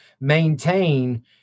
maintain